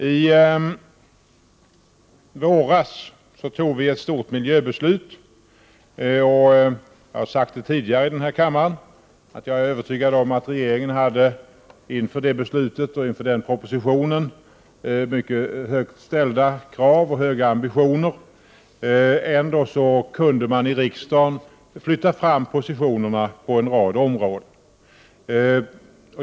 I våras fattade vi ett stort miljöbeslut, och jag är övertygad om — det har jag sagt tidigare i den här kammaren — att regeringen inför den propositionen och inför det beslutet hade mycket högt ställda krav och höga ambitioner. Ändå kunde man i riksdagen flytta fram positionerna på en rad områden.